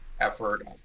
effort